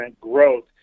growth